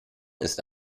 ist